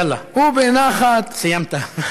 יאללה, סיימת.